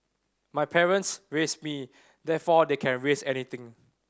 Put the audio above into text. my parents raised me therefore they can raise anything